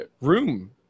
room